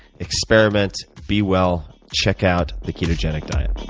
experiment, be well. check out the ketogenic diet.